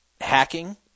hacking